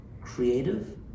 creative